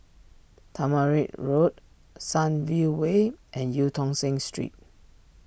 Tamarind Road Sunview Way and Eu Tong Sen Street